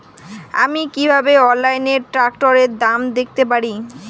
আমি কিভাবে অনলাইনে ট্রাক্টরের দাম দেখতে পারি?